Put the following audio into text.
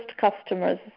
customers